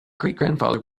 greatgrandfather